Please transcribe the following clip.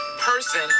person